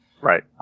Right